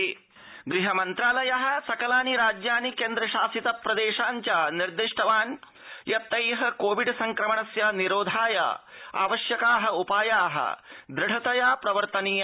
गृहमन्त्रालय गृह मन्त्रालय सकलानि राज्यानि केन्द्र शासित प्रदेशान् च निर्दिष्टवान् यत् तै कोविड संक्रमणस्य निरोधाय आवश्यका उपाया दृढतया प्रवर्तनीया